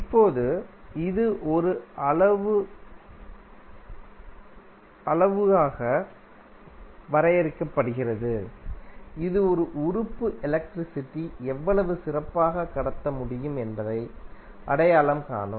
இப்போது இது ஒரு அளவுருவாக வரையறுக்கப்படுகிறது இது ஒரு உறுப்பு எலக்ட்ரிசிட்டி எவ்வளவு சிறப்பாக கடத்த முடியும் என்பதை அடையாளம் காணும்